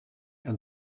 and